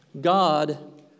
God